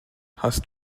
hast